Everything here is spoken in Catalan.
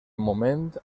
moment